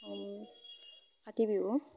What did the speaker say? Kati Bihu